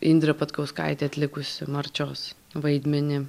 indrė patkauskaitė atlikusi marčios vaidmenį